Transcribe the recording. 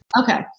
Okay